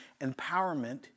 empowerment